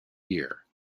year